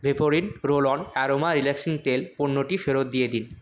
Vaporin roll on aroma relaxing তেল পণ্যটি ফেরত দিয়ে দিন